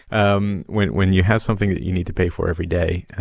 um when when you have something that you need to pay for every day,